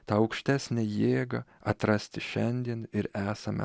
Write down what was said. tą aukštesnę jėgą atrasti šiandien ir esame